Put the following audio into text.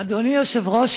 אדוני היושב-ראש,